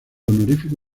honorífico